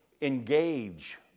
engage